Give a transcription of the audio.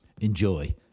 Enjoy